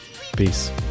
Peace